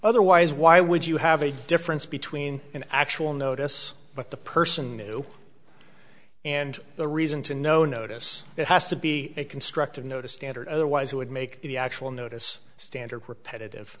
otherwise why would you have a difference between an actual notice but the person knew and the reason to no notice it has to be a constructive notice standard otherwise it would make the actual notice standard repetitive